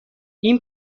این